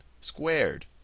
squared